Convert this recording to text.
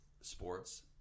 sports